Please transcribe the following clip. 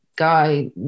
guy